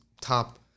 Top